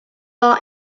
our